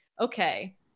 Okay